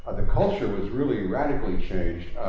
the culture was really radically changed.